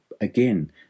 again